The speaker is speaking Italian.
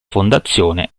fondazione